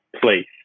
place